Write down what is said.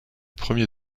premier